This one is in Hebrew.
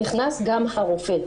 נכנס גם הרופא.